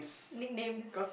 nicknames